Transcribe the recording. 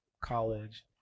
college